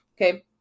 Okay